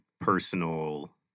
personal